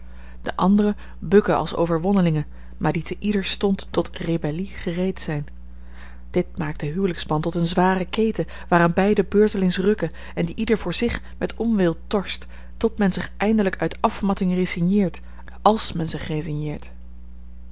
de anderen bukken als overwonnelingen maar die te ieder stond tot rebellie gereed zijn dit maakt den huwelijksband tot eene zware keten waaraan beiden beurtelings rukken en die ieder voor zich met onwil torst tot men zich eindelijk uit afmatting resigneert als men zich